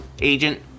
agent